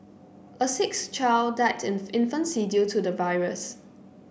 a sixth child died in infancy due to the virus